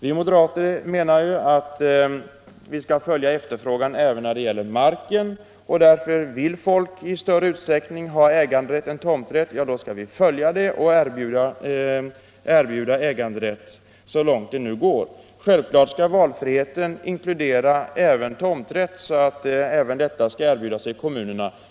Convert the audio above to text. Vi moderater menar att vi skall följa efterfrågan även när det gäller mark. Vill folk i större utsträckning ha äganderätt än tomträtt skall vi följa detta och erbjuda äganderätt så långt det går. Självklart skall valfriheten inkludera även tomträtt så att även detta kan erbjudas i kommunerna.